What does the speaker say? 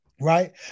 Right